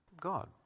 God